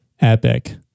Epic